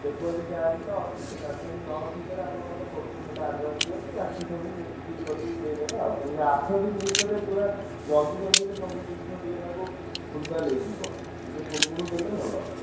ଫେବୃଆରୀ ଚାରି ତ ଅଛି ଜାନୁଆରୀ ଦଶ ଭିତରେ ଆପଣ ମତେ ଟ୍ୱେଣ୍ଟି ଖଣ୍ଡେ ଆଡ଼ଭାନ୍ସ ଦିଅନ୍ତୁ ବାକି ସବୁ ଇଏ କରି ଦେଇଦେବା ଆଠ ଦିନ ଭିତରେ ପୁରା ଜଲଦି ଜଲଦିରେ ସବୁ ଜିନିଷ ଟିକେନାକୁ ଭୁଲ୍ଭାଲ୍ ହେଇଯିବ ଟିକେ ପୂର୍ବରୁ ଦେଲେ ଭଲ